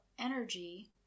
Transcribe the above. energy